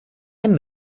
and